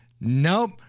Nope